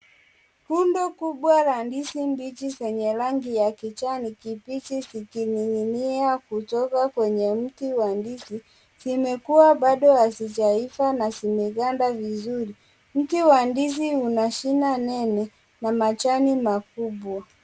Rundo kubwa la ndizi mbichi zenye rangi ya kijani kibichi zikininginia kutoka kwenye mti wa ndizi, zimekuwa bado hazijaiva na zimeganda vizuri, Mti wa ndizi una shina nene na majani makubwa.